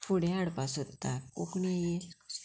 फुडें हाडपा सोदता कोंकणी ही